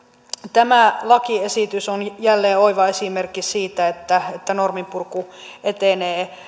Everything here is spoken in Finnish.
tämä lakiesitys on jälleen oiva esimerkki siitä että norminpurku etenee